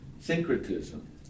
Syncretism